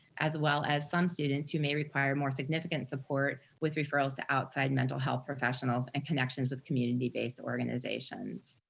as well as some students who may require more significant support with referrals to outside mental health professionals, and connections with community-based organizations.